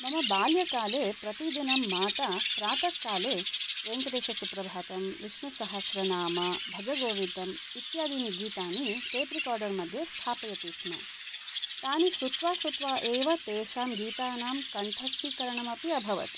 मम बाल्यकाले प्रतिदिनं माता प्रातःकाले वेङ्कटेशसुप्रभातं विष्णुसहस्रनाम भजगोविन्दम् इत्यादीनि गीतानि टेप्रिकार्डर् मध्ये स्थापयतिस्म तानि श्रुत्वा श्रुत्वा एव तेषां गीतानां कण्ठस्थीकरणमपि अभवत्